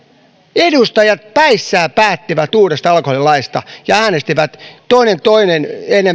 edustajat päissään päättivät uudesta alkoholilaista ja äänestivät toinen enemmän ja toinen